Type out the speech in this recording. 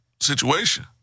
situation